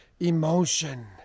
Emotion